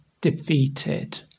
defeated